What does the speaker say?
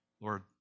Lord